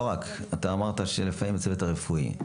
לא רק, אתה אמרת שלפעמים הצוות הרפואי.